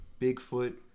Bigfoot